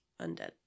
undead